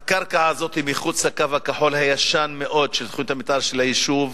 הקרקע הזאת היא מחוץ לקו הכחול הישן מאוד של תוכנית המיתאר של היישוב,